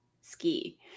Ski